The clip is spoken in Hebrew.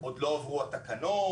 עוד לא עברו התקנות,